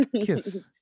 kiss